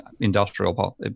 Industrial